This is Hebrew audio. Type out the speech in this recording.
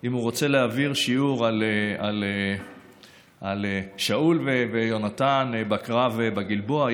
אם הוא רוצה להעביר שיעור על שאול ויונתן בקרב בגלבוע,